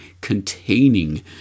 containing